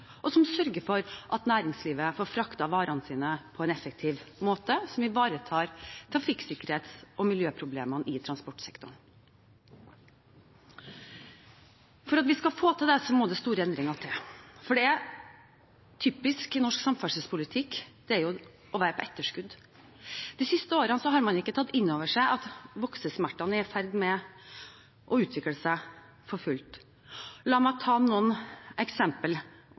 jobb, som sørger for at næringslivet får fraktet varene sine på en effektiv måte, og som ivaretar trafikksikkerheten og miljøproblemene i transportsektoren. For at vi skal få til det, må det store endringer til. Det er typisk norsk samferdselspolitikk å være på etterskudd. De siste årene har man ikke tatt inn over seg at voksesmertene er i ferd med å utvikle seg for fullt. La meg ta noen